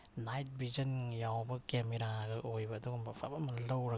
night vision ꯌꯥꯎꯕ camera ꯑꯣꯏꯕ ꯑꯗꯨꯒꯨꯝꯕ ꯑꯐꯕ ꯑꯃ ꯂꯧꯔꯒ